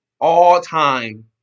all-time